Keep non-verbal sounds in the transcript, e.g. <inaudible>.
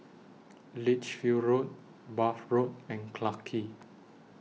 <noise> Lichfield Road Bath Road and Clarke Quay